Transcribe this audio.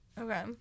Okay